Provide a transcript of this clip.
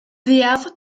fwyaf